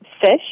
fish